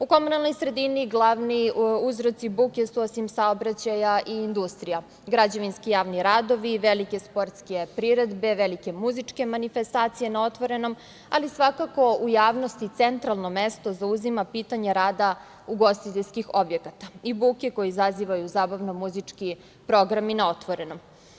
U komunalnoj sredini glavni uzroci buke su osim saobraćaja i industrija, građevinski javni radovi, velike sportske priredbe, velike muzičke manifestacije na otvorenom, ali svakako u javnosti centralno mesto zauzima pitanje rada ugostiteljskih objekata i buke koju izazivaju zabavno muzički programi na otvorenom.